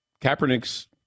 Kaepernick's